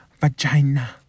Vagina